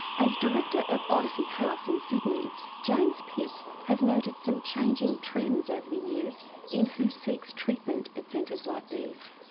as director of odyssey house in sydney james pitts has noted some changing trends over the years in who seeks treatment at centres like these.